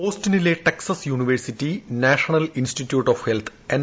ഓസ്റ്റിനിലെ Texas university national institute of health N